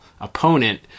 opponent